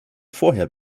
vorher